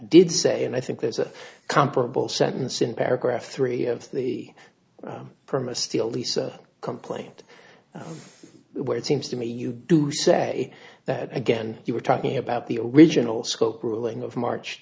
did say and i think there's a comparable sentence in paragraph three of the perma steel lisa complaint where it seems to me you do say that again you were talking about the original scope ruling of march